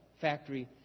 factory